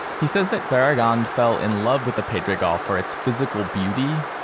he says that barragan fell in love with the pedregal for its physical beauty,